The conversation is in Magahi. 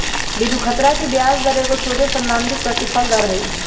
बिनु खतरा के ब्याज दर एगो सोझे सिद्धांतिक प्रतिफल दर हइ